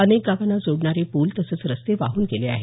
अनेक गावांना जोडणारे पूल तसंच रस्ते वाहून गेले आहेत